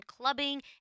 clubbing